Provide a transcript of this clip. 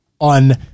on